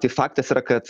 tai faktas yra kad